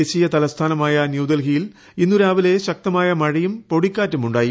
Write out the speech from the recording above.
ദേശീയ തലസ്ഥാനമായ ന്യൂഡൽഹിയിൽ ഇന്ന് രാവിലെ ശക്തമായ മഴയും പൊടിക്കാറ്റും ഉണ്ടായി